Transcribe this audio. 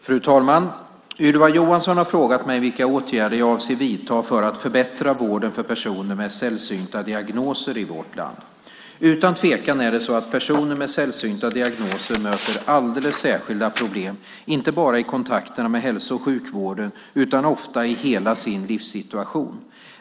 Fru talman! Ylva Johansson har frågat mig vilka åtgärder jag avser att vidta för att förbättra vården för personer med sällsynta diagnoser i vårt land. Utan tvekan är det så att personer med sällsynta diagnoser möter alldeles särskilda problem, inte bara i kontakterna med hälso och sjukvården, utan ofta i hela sin livssituation.